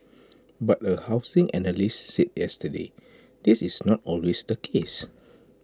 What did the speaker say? but A housing analyst said yesterday this is not always the case